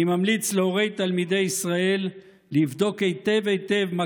אני ממליץ להורים של תלמידי ישראל לבדוק היטב היטב מה